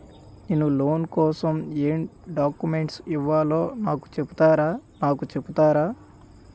నేను లోన్ కోసం ఎం డాక్యుమెంట్స్ ఇవ్వాలో నాకు చెపుతారా నాకు చెపుతారా?